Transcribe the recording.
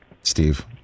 Steve